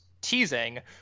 teasing